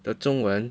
的中文